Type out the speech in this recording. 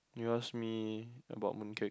you ask me about mooncake